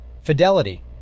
Fidelity